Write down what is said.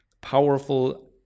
powerful